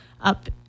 up